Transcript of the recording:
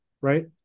right